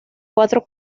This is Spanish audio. cuatro